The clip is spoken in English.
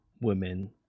women